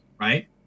right